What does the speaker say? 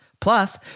plus